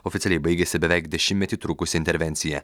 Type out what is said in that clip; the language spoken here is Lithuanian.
oficialiai baigėsi beveik dešimtmetį trukusi intervencija